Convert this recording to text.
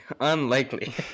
Unlikely